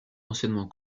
anciennement